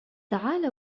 تعال